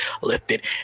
lifted